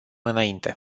înainte